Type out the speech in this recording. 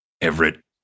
Everett